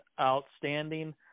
outstanding